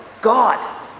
God